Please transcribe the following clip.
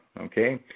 okay